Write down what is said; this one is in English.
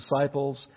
disciples